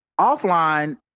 offline